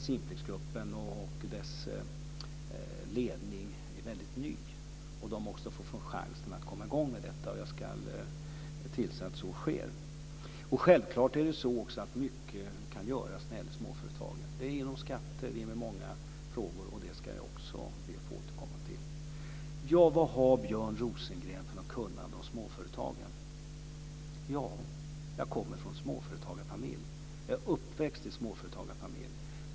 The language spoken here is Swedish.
Simplexgruppen och dess ledning är väldigt nya, och de måste få chans att komma i gång med sitt arbete. Jag ska se till att så sker. Självfallet kan mycket göras när det gäller småföretagen. Det gäller inom skatteområdet och många andra frågor, och det ska jag be att få återkomma till. Vad har Björn Rosengren för kunskaper om småföretagen? Ja, jag kommer från en småföretagarfamilj och är uppväxt i småföretagarmiljö.